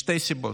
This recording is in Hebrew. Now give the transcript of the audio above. משתי סיבות: